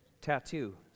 tattoo